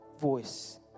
voice